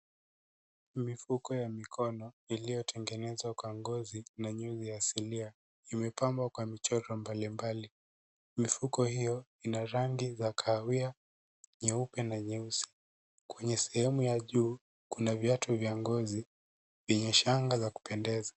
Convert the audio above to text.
Mifuko ya mikono iliyotengenezwa kwa ngozi na nyuzi ya asilia imepambwa kwa michoro mbalimbali. Mifuko hio ina rangi za kahawia, nyeupe na nyeusi. Kwenye sehemu ya juu, kuna viatu vya ngozi yenye shanga ya kupendeza.